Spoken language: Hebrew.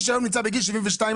משום טיעון